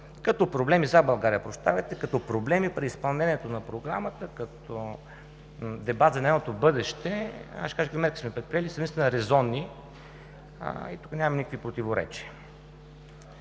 и колегите от ГЕРБ споменаха като проблеми при изпълнението на Програмата, като дебат за нейното бъдеще, аз ще кажа какви мерки сме предприели, са наистина резонни и тук нямам никакви противоречия.